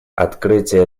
открытие